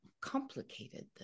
complicated